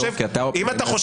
אם אתה חושב